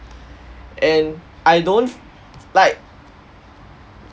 and I don't like